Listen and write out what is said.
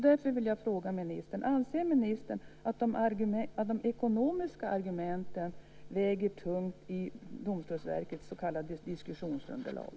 Därför vill jag fråga ministern: Anser ministern att de ekonomiska argumenten väger tungt i Domstolsverkets så kallade diskussionsunderlag?